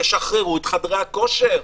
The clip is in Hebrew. תשחררו את חדרי הכושר,